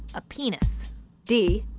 a penis d.